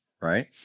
right